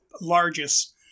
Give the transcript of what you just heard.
largest